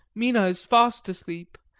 mina is fast asleep,